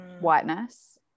whiteness